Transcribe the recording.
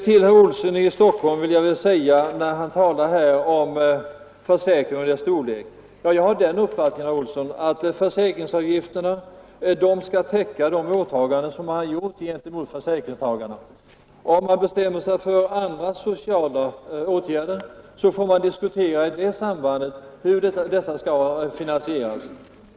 Till herr Olsson i Stockholm, som talade om försäkringens storlek, vill jag säga att jag har den uppfattningen att försäkringsavgifterna skall täcka de åtaganden som man gjort gentemot försäkringstagarna. Om man bestämmer sig för andra sociala åtgärder, får man i samband därmed diskutera finansieringen av dessa.